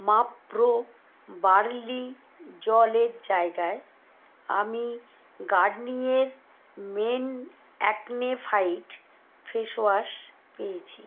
Mapro barley জলের জায়গায় আমি Garnier men acne fight face wash পেয়েছি